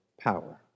power